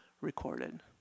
recorded